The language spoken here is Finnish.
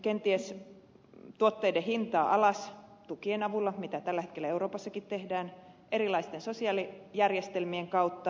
kenties tuotteiden hintaa alas tukien avulla mitä tällä hetkellä euroopassakin tehdään erilaisten sosiaalijärjestelmien kautta